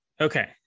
Okay